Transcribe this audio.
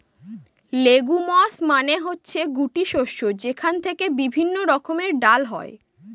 legumes মানে হচ্ছে গুটি শস্য যেখান থেকে বিভিন্ন রকমের ডাল হয়